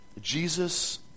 Jesus